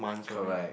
correct